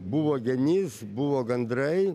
buvo genys buvo gandrai